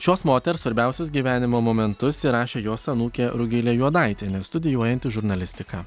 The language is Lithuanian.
šios moters svarbiausius gyvenimo momentus įrašė jos anūkė rugilė juodaitienė studijuojanti žurnalistiką